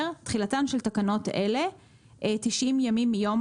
תחילתן של תקנות אלה 90 ימים מיום